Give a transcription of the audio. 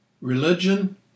religion